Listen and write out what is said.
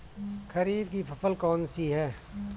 खरीफ की फसल कौन सी है?